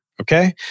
Okay